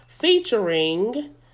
Featuring